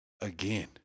again